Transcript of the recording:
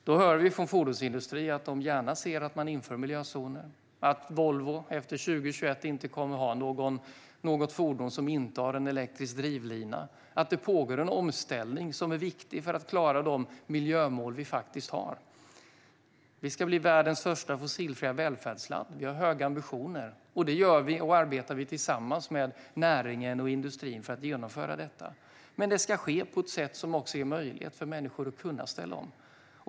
Vi hör från fordonsindustrin att de gärna ser att man inför miljözoner, att Volvo efter 2021 inte kommer att ha något fordon som inte har en elektrisk drivlina och att det pågår en omställning som är viktig för att klara de miljömål som vi faktiskt har. Vi ska bli världens första fossilfria välfärdsland. Vi har höga ambitioner. Vi arbetar tillsammans med näringen och industrin för att genomföra detta. Men det ska ske på ett sätt som också ger möjligheter för människor att ställa om.